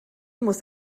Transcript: muss